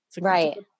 right